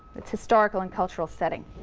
its historical and cultural setting,